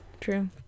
True